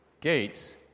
gates